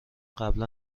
قبلا